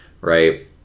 right